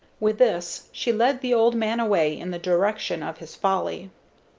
with this she led the old man away in the direction of his folly.